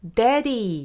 daddy